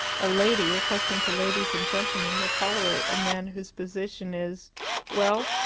a lady, accustomed to ladies and gentlemen, will tolerate a man whose position is well,